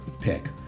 pick